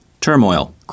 Turmoil